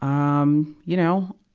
um, you know,